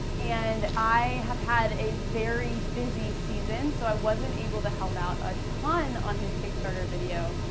and i have had a very busy season so i wasn't able to help out a ton on his kickstarter video,